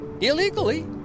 illegally